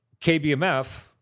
KBMF